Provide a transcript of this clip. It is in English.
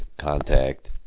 contact